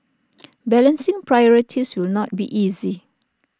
balancing priorities will not be easy